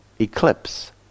eclipse